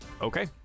okay